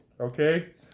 okay